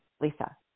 Lisa